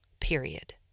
period